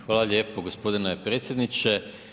Hvala lijepo gospodine predsjedniče.